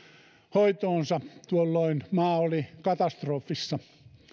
hoitoonsa tuolloin maa oli katastrofissa